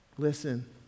Listen